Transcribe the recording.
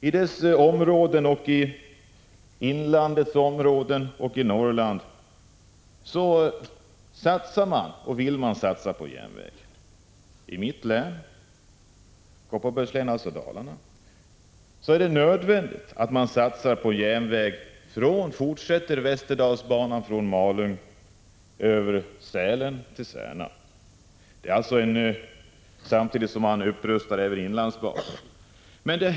I detta område, i inlandet och i Norrland vill man satsa och satsar man på järnvägen. I mitt län, Kopparbergs län, dvs. Dalarna, är det nödvändigt att satsa på järnväg. Västerdalsbanan måste fortsätta från Malung över Sälen till Särna, samtidigt som även inlandsbanan upprustas.